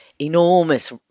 enormous